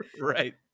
right